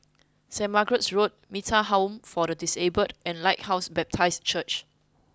St Margaret's Road Metta Home for the Disabled and Lighthouse Baptist Church